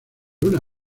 una